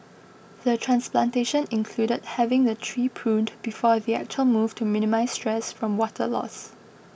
the transplantation included having the tree pruned before the actual move to minimise stress from water loss